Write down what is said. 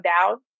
down